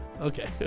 Okay